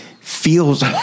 feels